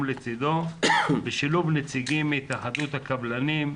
לצדו בשילוב נציגים מהתאחדות הקבלנים,